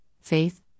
faith